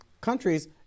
countries